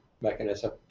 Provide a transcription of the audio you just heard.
mechanism